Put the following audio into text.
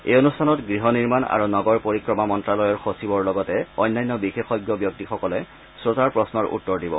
এই অনুষ্ঠানত গৃহ নিৰ্মাণ আৰু নগৰ পৰিক্ৰমা মন্ত্যালয়ৰ সচিবৰ লগতে অন্যান্য বিশেষজ্ঞ ব্যক্তিসকলে শ্ৰোতাৰ প্ৰশ্নৰ উত্তৰ দিব